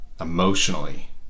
emotionally